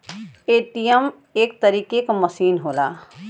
ATM एक तरीके क मसीन होला